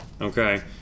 Okay